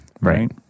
right